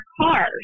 cars